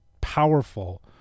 powerful